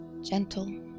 gentle